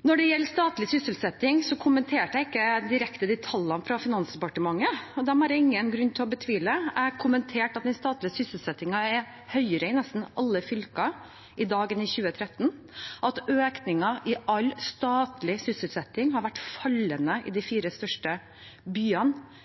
Når det gjelder statlig sysselsetting, kommenterte jeg ikke direkte de tallene fra Finansdepartementet – dem har jeg ingen grunn til å betvile – jeg kommenterte at den statlige sysselsettingen er høyere i nesten alle fylker i dag enn i 2013, at økningen i all statlig sysselsetting har vært fallende i de fire største byene